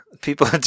people